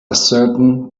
ascertain